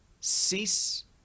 cease